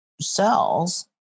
cells